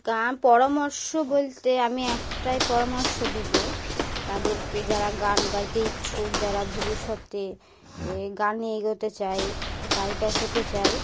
গান পরামর্শ বলতে আমি একটাই পরামর্শ দেবো তাদেরকে যারা গান গাইতে ইচ্ছুক যারা ভবিষ্যতে এ গান নিয়ে এগোতে চায় গায়িকা হতে চায়